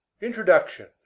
Introduction